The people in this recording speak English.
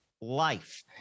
life